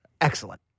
excellent